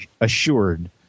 assured